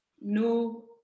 no